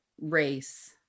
race